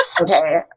Okay